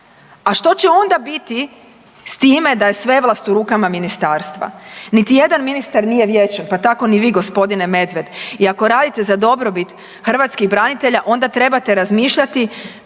A što će onda biti sa time da je sve vlast u rukama ministarstva. Niti jedan ministar nije vječan pa tako ni vi gospodine Medved. I ako radite za dobrobit hrvatskih branitelja onda trebate razmišljati